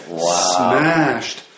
smashed